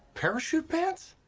parachute pants?